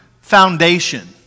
foundation